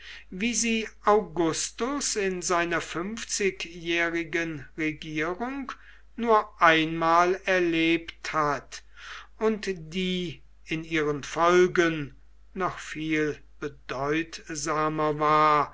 wie sie augustes in seiner fünfzigjährigen regierung nur einmal erlebt hat und die in ihren folgen noch viel bedeutsamer war